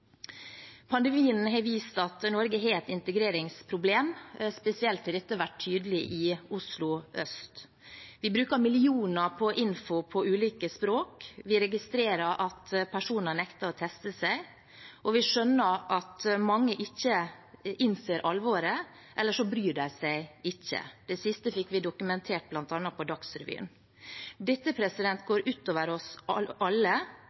Pandemien har vist at Norge har et integreringsproblem, spesielt har dette vært tydelig i Oslo øst. Vi bruker millioner på info på ulike språk, vi registrerer at personer nekter å teste seg, og vi skjønner at mange ikke innser alvoret – eller så bryr de seg ikke. Det siste fikk vi dokumentert bl.a. på Dagsrevyen. Dette går ut over oss alle.